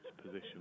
position